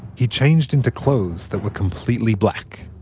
he changed into clothes that were completely black,